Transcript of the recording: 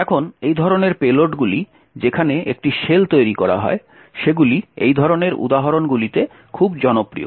এখন এই ধরনের পেলোডগুলি যেখানে একটি শেল তৈরি করা হয় সেগুলি এই ধরনের উদাহরণগুলিতে খুব জনপ্রিয়